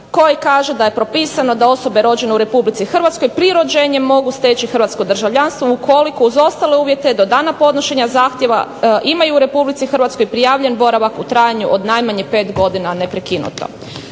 koje kaže da je propisano da osobe rođene u Republici Hrvatskoj pri rođenju mogu steći hrvatsko državljanstvo ukoliko uz ostale uvjete do dana podnošenja zahtjeva imaju u Republici Hrvatskoj prijavljen boravak u trajanju najmanje 5 godina neprekinuto.